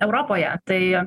europoje tai